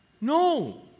No